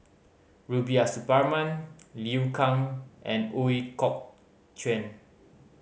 Rubiah Suparman Liu Kang and Ooi Kok Chuen